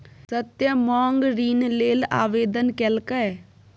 सत्यम माँग ऋण लेल आवेदन केलकै